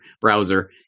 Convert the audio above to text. browser